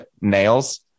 nails